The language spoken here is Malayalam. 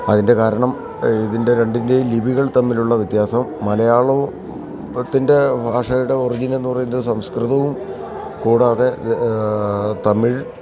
അതിന്റെ കാരണം ഇതിൻ്റെ രണ്ടിൻ്റെയും ലിപികൾ തമ്മിലുള്ള വ്യത്യാസം മലയാള ഭാഷയുടെ ഒറിജിന് എന്നുപറയുന്നത് സംസ്കൃതവും കൂടാതെ തമിഴ്